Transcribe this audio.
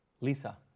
Lisa